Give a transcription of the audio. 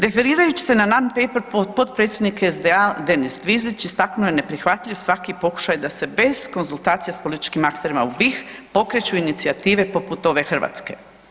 Referirajući se na non paper potpredsjednik SDA Denis … istaknuo je neprihvatljiv svaki pokušaj da se bez konzultacija sa političkim akterima u BiH pokreću inicijative poput ove hrvatske.